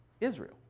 Israel